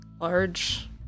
large